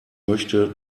möchte